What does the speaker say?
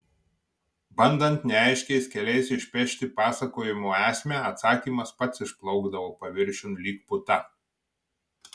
bandant neaiškiais keliais išpešti pasakojimo esmę atsakymas pats išplaukdavo paviršiun lyg puta